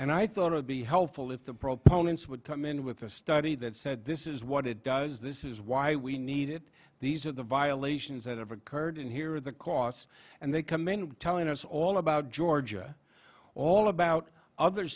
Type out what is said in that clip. and i thought i would be helpful if the proponents would come in with a study that said this is what it does this is why we need it these are the violations that have occurred and here are the costs and they come in telling us all about georgia all about other